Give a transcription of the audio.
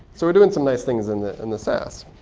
so we're doing some nice things in the and the sass.